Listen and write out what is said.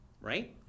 right